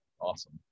Awesome